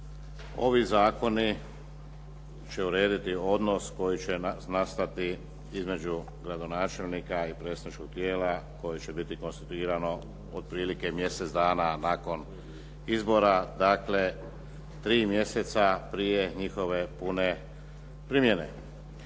ovi zakoni će urediti odnos koji će nastati između gradonačelnika i predstavničkog tijela koji će biti konstituirano otprilike mjesec dana nakon izbora. Dakle, tri mjeseca prije njihove pune primjene.